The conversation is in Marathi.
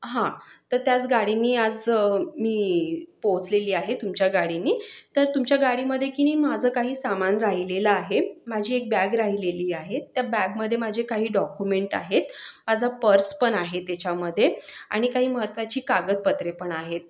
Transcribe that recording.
हां तर त्याच गाडीनी आज मी पोचलेली आहे तुमच्या गाडीनी तर तुमच्या गाडीमधे किनई माझं काही सामान राहिलेलं आहे माझी एक बॅग राहिलेली आहे त्या बॅगमधे माझे काही डॉकुमेंट आहेत माझा पर्सपण आहे त्याच्यामधे आणि काही महत्त्वाची कागदपत्रेपण आहेत